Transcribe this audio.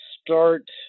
start